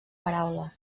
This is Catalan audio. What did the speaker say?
paraula